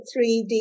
3D